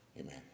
Amen